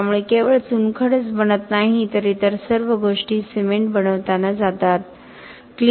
त्यामुळे केवळ चुनखडीच बनत नाही तर इतर सर्व गोष्टी सिमेंट बनवताना जातात